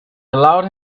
allowed